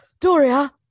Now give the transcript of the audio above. Doria